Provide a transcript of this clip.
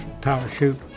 parachute